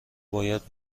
باید